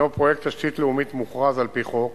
הינו פרויקט תשתית לאומית מוכרז על-פי חוק